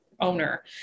owner